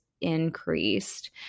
increased